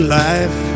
life